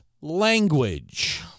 language